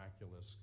miraculous